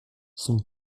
son